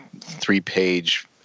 three-page